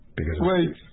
Wait